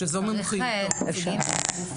שזו מומחיותו.